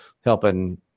helping